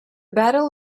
battle